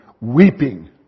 weeping